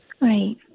Right